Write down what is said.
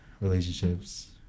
relationships